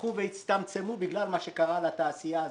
הלכו והצטמצמו בגלל מה שקרה לתעשייה הזאת.